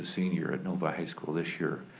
senior at novi high school this year,